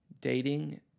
dating